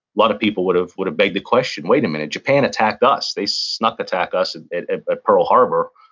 lot of people would've would've begged the question, wait a minute, japan attacked us. they snuck-attack us and at ah pearl harbor.